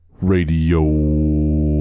Radio